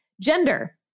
gender